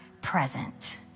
present